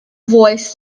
voice